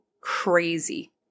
Crazy